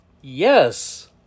Yes